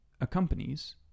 accompanies